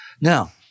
Now